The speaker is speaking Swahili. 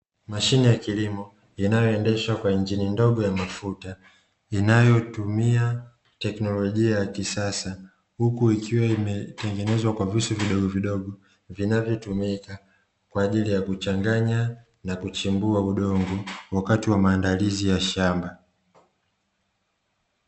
Mashine ya kilimo, inayoendeshwa kwa injini ndogo ya mafuta, inayotumia teknolojia ya kisasa, huku ikiwa imetengenezwa kwa visu vidogovidogo vinavyotumika kwa ajili ya kuchanganya na kuchimbua udongo wakati wa maandalizi ya shamba.